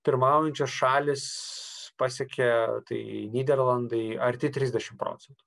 pirmaujančios šalys pasiekia tai nyderlandai arti trisdešimt procentų